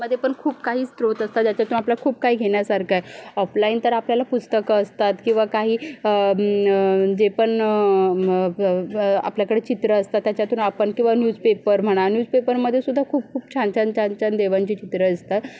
ऑनलाईनमध्ये पण खूप काही स्रोत असतात ज्याच्यातून आपल्या खूप काही घेण्यासारखं आहे ऑफलाईन तर आपल्याला पुस्तकं असतात किंवा काही जे पण आपल्याकडे चित्र असतात त्याच्यातून आपण किंवा न्यूजपेपर म्हणा न्यूजपेपरमध्येसुद्धा खूप खूप छान छान छान छान देवांची चित्रं असतात